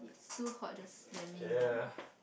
it's too hot just that mean no uh